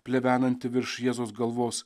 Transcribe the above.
plevenanti virš jėzaus galvos